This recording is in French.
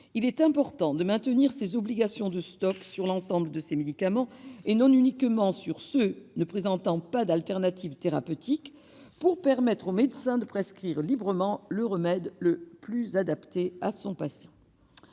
Il est important de maintenir de telles obligations de stock sur l'ensemble de ces médicaments, et non uniquement sur ceux pour lesquels il n'existe pas d'alternative thérapeutique, afin de permettre au médecin de prescrire librement le remède le plus adapté à son patient.